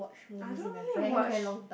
I don't really watch